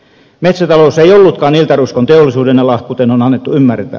metsätalous ei ollutkaan iltaruskon teollisuudenala kuten on annettu ymmärtää